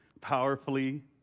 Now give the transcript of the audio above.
powerfully